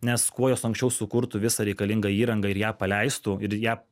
nes kuo jos anksčiau sukurtų visą reikalingą įrangą ir ją paleistų ir ją